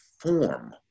form